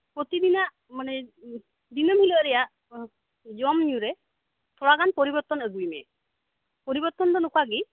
ᱯᱚᱛᱤᱫᱤᱱᱟᱜ ᱢᱟᱱᱮ ᱫᱤᱱᱟᱹᱢ ᱦᱤᱞᱟᱹᱜ ᱨᱮᱱᱟᱜ ᱡᱚᱢᱧᱩᱨᱮ ᱛᱷᱚᱲᱟᱜᱟᱢ ᱯᱚᱨᱤᱵᱚᱨᱛᱚᱱ ᱟᱹᱜᱩᱭᱢᱮ ᱯᱚᱨᱤᱵᱚᱨᱛᱚᱱ ᱫᱚ ᱱᱚᱠᱟᱜᱮ